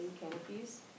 canopies